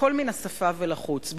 הכול מן השפה ולחוץ.